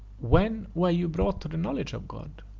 when were you brought to the knowledge of god?